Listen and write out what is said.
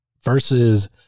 versus